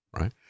right